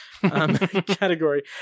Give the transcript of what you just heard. category